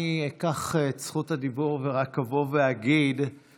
אני אקח את זכות הדיבור ורק אגיד שאין